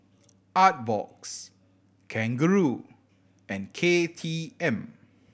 Artbox Kangaroo and K T M